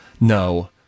No